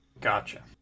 Gotcha